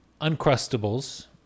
Uncrustables